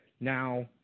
Now